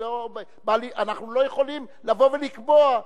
אנחנו לא יכולים לבוא ולקבוע.